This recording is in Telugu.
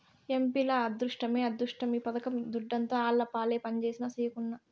ఎంపీల అద్దుట్టమే అద్దుట్టం ఈ పథకం దుడ్డంతా ఆళ్లపాలే పంజేసినా, సెయ్యకున్నా